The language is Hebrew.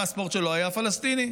הפספורט שלו היה פלסטיני.